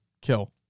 kill